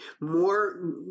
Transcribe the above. more